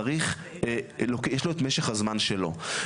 צריך יש לו את משך הזמן שלו,